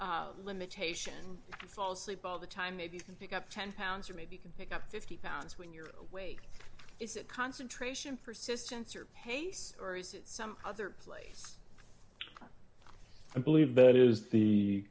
no limitation falls asleep all the time maybe you can pick up ten pounds or maybe can pick up fifty pounds when you're awake it's a concentration persistence or pace or is it some other place i believe that is the